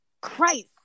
Christ